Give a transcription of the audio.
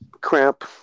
Cramp